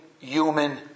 human